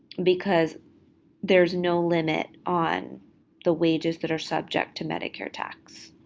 because there's no limit on the wages that are subject to medicare tax.